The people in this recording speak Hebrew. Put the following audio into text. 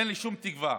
אין לי שום תקווה.